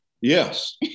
Yes